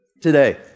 today